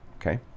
okay